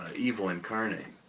evil incarnate.